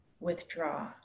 withdraw